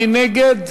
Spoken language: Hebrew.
מי נגד?